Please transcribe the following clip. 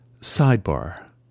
Sidebar